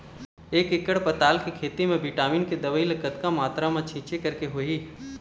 एक एकड़ पताल के खेत मा विटामिन के दवई ला कतक मात्रा मा छीचें करके होही?